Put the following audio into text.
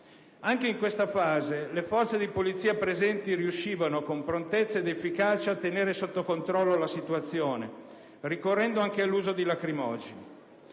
Anche in questa fase, le forze di polizia presenti riuscivano, con prontezza ed efficacia, a tenere sotto controllo la situazione, ricorrendo anche all'uso di lacrimogeni.